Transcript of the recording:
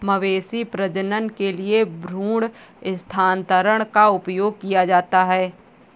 मवेशी प्रजनन के लिए भ्रूण स्थानांतरण का उपयोग किया जाता है